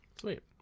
Sweet